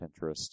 Pinterest